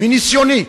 מניסיוני,